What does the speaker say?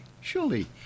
Surely